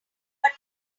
but